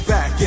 Back